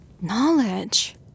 Knowledge